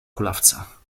kulawca